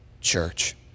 church